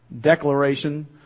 declaration